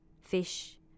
fish